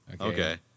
Okay